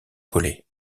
collet